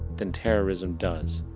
than terrorism does.